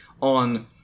on